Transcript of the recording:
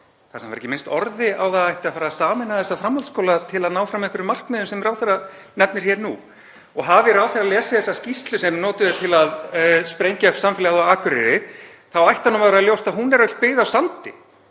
þar sem var ekki minnst orði á að það ætti að fara að sameina þessa framhaldsskóla til að ná fram einhverjum markmiðum sem ráðherra nefnir hér nú. Og hafi ráðherra lesið þessa skýrslu sem notuð er til að sprengja upp samfélagið á Akureyri ætti honum að vera ljóst að hún er öll byggð á sandi.